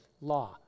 law